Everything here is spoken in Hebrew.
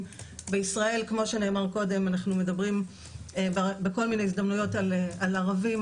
בישראל כמו שנאמר קודם אנחנו מדברים בכל מיני הזדמנויות על ערבים,